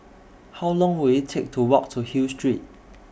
How Long Will IT Take to Walk to Hill Street